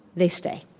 they stay.